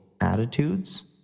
attitudes